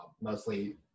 mostly